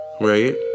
right